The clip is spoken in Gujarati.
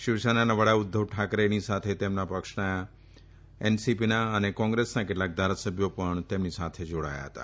શિવસેનાના વડા ઉધ્ધવ ઠાકરેની સાથે તેમના પક્ષના એનસીપીના અને કોંગ્રેસના કેટલાક ધારાસભ્યો પણ તેમની સાથે જોડાયા હતા